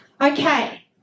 Okay